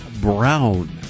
brown